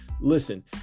listen